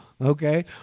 okay